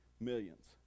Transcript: millions